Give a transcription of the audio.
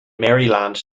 maryland